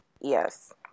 yes